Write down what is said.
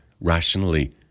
rationally